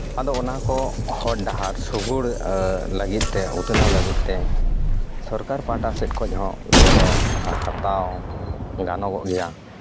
ᱟᱫᱚ ᱚᱱᱟ ᱠᱚ ᱦᱚᱨ ᱰᱟᱦᱟᱨ ᱥᱩᱜᱩᱲ ᱞᱟᱹᱜᱤᱫ ᱛᱮ ᱩᱛᱱᱟᱹᱣ ᱞᱟᱹᱜᱤᱫ ᱛᱮ ᱥᱚᱨᱠᱟᱨ ᱯᱟᱦᱟᱴᱟ ᱥᱮᱫ ᱠᱷᱚᱱ ᱦᱚᱸ ᱜᱚᱲᱚ ᱦᱟᱛᱟᱣ ᱜᱟᱱᱚᱜ ᱜᱮᱭᱟ